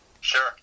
Sure